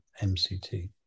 MCT